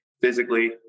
physically